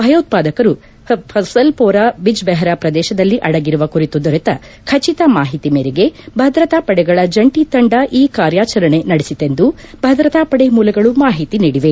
ಭಯೋತ್ಪಾದಕರು ಪಜ಼ಲ್ಪೊರಾ ಬಿಜ್ಬೆಹೆರಾ ಪ್ರದೇಶದಲ್ಲಿ ಅದಗಿರುವ ಕುರಿತು ದೊರೆತ ಖಚಿತ ಮಾಹಿತಿ ಮೇರೆಗೆ ಭದ್ರತಾ ಪಡೆಗಳ ಜಂಟಿ ತಂದ ಈ ಕಾರ್ಯಾಚರಣೆ ನಡೆಸಿತೆಂದು ಭದ್ರತಾ ಪಡೆ ಮೂಲಗಳು ಮಾಹಿತಿ ನೀಡಿವೆ